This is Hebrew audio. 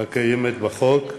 הקיימת בחוק.